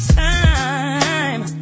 time